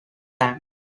land